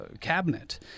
Cabinet